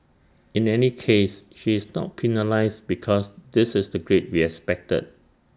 in any case she is not penalised because this is the grade we expected